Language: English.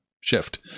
shift